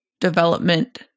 development